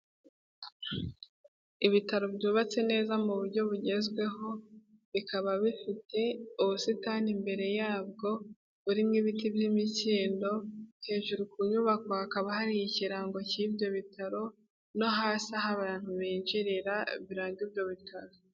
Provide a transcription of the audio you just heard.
Ibitaro byubatse neza mu buryo bugezweho, bikaba bifite ubusitani imbere yabwo, burimo ibiti by'imikindo, hejuru ku nyubako hakaba hari ikirango cy'ibyo bitaro, no hasi aho abantu binjirira biranga ibyo bito.